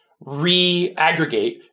re-aggregate